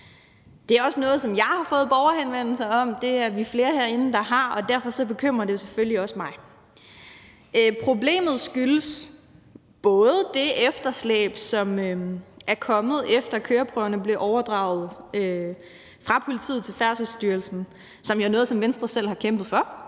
Det er også noget, som jeg har fået borgerhenvendelser om. Det er vi flere herinde der har, og derfor bekymrer det selvfølgelig også mig. Problemet skyldes det efterslæb, som er kommet, efter at køreprøverne blev overdraget fra politiet til Færdselsstyrelsen, hvilket jo er noget, som Venstre selv har kæmpet for.